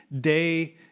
day